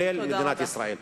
לרבות מדינת ישראל.